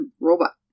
Robot